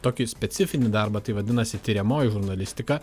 tokį specifinį darbą tai vadinasi tiriamoji žurnalistika